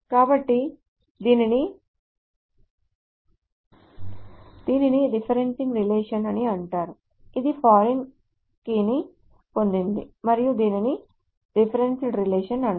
కాబట్టి దీనిని referencing relation అని అంటారు ఇది ఫారిన్ కీని పొందింది మరియు దీనిని రిఫరెన్స్డ్ రిలేషన్ అంటారు